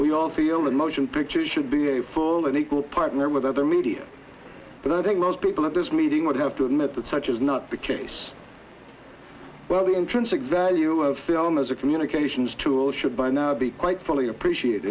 we all feel the motion picture should be a full and equal partner with other media but i think most people at this meeting would have to admit that such is not the case well the intrinsic value of film as a communications tool should by now be quite fully appreciate